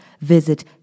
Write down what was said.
visit